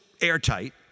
airtight